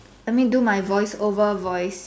let me do my voice over voice